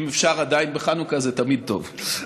אם אפשר עדיין בחנוכה, זה תמיד טוב.